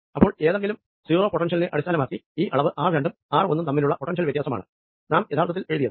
അപ്പോൾ ഏതെങ്കിലും 0 പെട്ടെൻഷ്യലിനെ അടിസ്ഥാനമാക്കി ഈ അളവ് ആർ രണ്ടും ആർ ഒന്നും തമ്മിലുള്ള പൊട്ടൻഷ്യൽ വ്യത്യാസമാണ് നാം യഥാർത്ഥത്തിൽ എഴുതിയത്